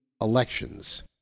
elections